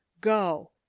go